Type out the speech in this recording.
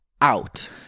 out